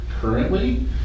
currently